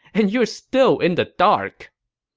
and you're still in the dark.